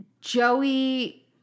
Joey